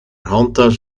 handtas